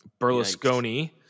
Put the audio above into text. Berlusconi